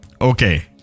Okay